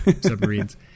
submarines